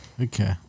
Okay